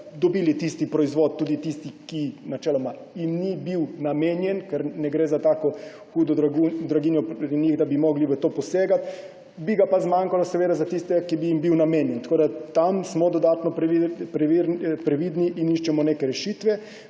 dobili tisti proizvod tudi tisti, ki jim načeloma ni bil namenjen, ker ne gre za tako hudo draginjo pri njih, da bi morali v to posegati, bi ga pa zmanjkalo za tiste, ki bi jim bil namenjen. Tam smo dodatno previdni in iščemo neke rešitve.